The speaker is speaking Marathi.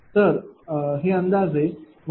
तर हे अंदाजे 1